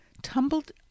tumbled